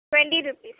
twenty rupees